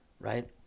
right